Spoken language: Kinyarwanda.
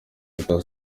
teta